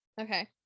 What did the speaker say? Okay